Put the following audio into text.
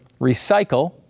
recycle